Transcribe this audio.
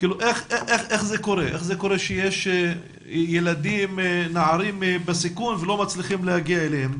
איך זה קורה שיש נערים בסיכון ולא מצליחים להגיע אליהם?